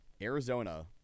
Arizona